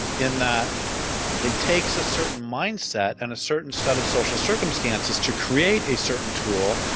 in that it takes a certain mindset and a certain set of social circumstances to create a certain tool,